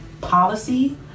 policy